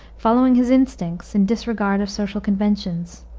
following his instincts in disregard of social conventions.